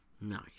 Nice